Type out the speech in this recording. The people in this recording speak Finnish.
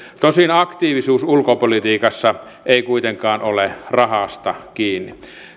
tosin aktiivisuus ulkopolitiikassa ei kuitenkaan ole rahasta kiinni